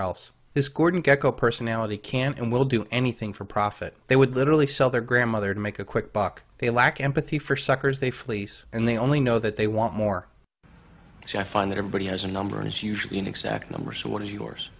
else this gordon gekko personality can and will do anything for profit they would literally sell their grandmother to make a quick buck they lack empathy for suckers they fleece and they only know that they want more so i find that everybody has a number and it's usually an exact number so what are yours